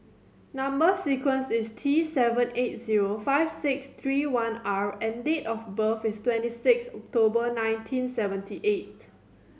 number sequence is T seven eight zero five six three one R and date of birth is twenty six October nineteen seventy eight